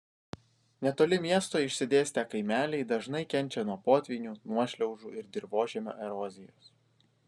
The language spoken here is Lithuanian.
netoli miesto išsidėstę kaimeliai dažnai kenčia nuo potvynių nuošliaužų ir dirvožemio erozijos